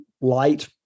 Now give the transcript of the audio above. light